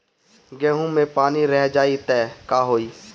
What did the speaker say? गेंहू मे पानी रह जाई त का होई?